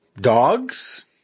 dogs